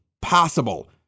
possible